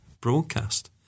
broadcast